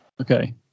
Okay